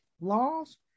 laws